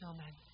Amen